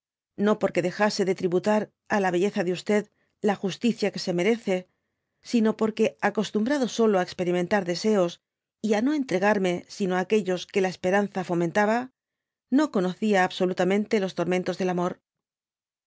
no por que dejase de tributar á la belleza de la justicia que se merece sino por que acostumbrado solo á experimentar deseosv y á ao entregarme sino á aquellos que la esperanza fomentaba no conocía absolutamente los tormentos del amor